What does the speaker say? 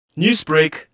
Newsbreak